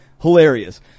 hilarious